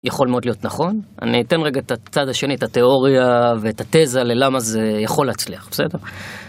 יכול מאוד להיות נכון אני אתן רגע את הצד השני את התיאוריה ואת התזה ללמה זה יכול להצליח בסדר.